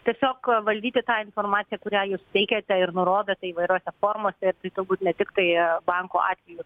tiesiog valdyti tą informaciją kurią jūs teikiate ir nurodote įvairiose formose tai turbūt ne tiktai bankų atveju